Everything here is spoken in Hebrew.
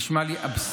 זה נשמע לי אבסורד.